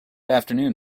afternoon